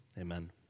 Amen